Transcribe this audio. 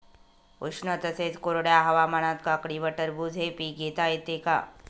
उष्ण तसेच कोरड्या हवामानात काकडी व टरबूज हे पीक घेता येते का?